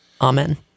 Amen